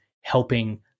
helping